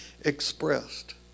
expressed